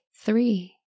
three